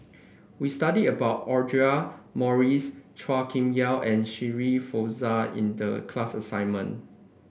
we studied about Audra Morrice Chua Kim Yeow and Shirin Fozdar in the class assignment